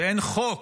שאין חוק,